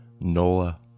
Nola